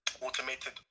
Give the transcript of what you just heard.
automated